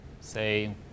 Say